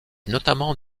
notamment